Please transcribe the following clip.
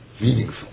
meaningful